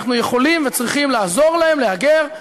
אנחנו יכולים וצריכים לעזור להם להגר,